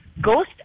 Ghost